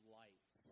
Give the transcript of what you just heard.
light